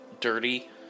dirty